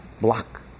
block